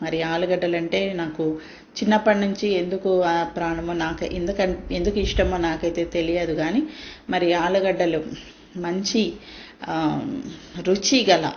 మరి ఆలుగడ్డలంటే నాకు చిన్నప్పట్నుంచి ఎందుకో ఆ ప్రాణము నాకు ఎందు ఎందుకిష్టమో నాకైతే తెలియదు కానీ మరి ఆలుగడ్డలు మంచి రుచిగల